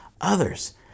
others